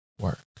work